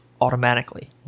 automatically